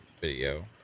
video